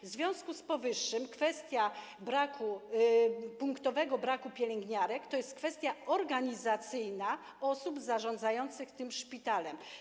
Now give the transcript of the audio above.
W związku z powyższym kwestia punktowego braku pielęgniarek to jest kwestia organizacyjna osób zarządzających tym szpitalem.